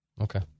Okay